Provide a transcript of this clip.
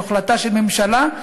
זו החלטה של ממשלה,